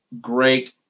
great